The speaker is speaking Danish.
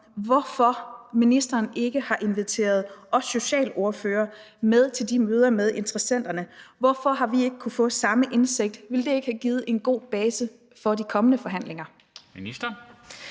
hvorfor ministeren ikke har inviteret os socialordførere med til de møder med interessenterne. Hvorfor har vi ikke kunnet få samme indsigt? Ville det ikke have givet en god base for de kommende forhandlinger? Kl.